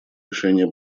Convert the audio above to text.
решения